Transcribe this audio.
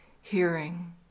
hearing